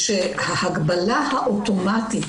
ההגבלה האוטומטית,